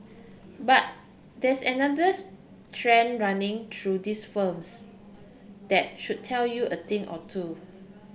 but there's another running through these firms that should tell you a thing or two